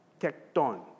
tekton